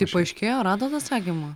tai paaiškėjo radot atsakymą